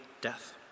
death